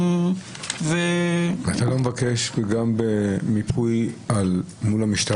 מבקש גם מיפוי ביחס למשטרה?